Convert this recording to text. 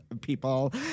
people